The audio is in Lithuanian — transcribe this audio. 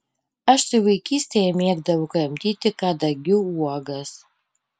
aš štai vaikystėje mėgdavau kramtyti kadagių uogas